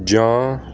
ਜਾਂ